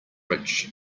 rich